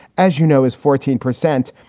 as you know, is fourteen percent.